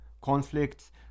conflicts